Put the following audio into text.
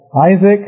Isaac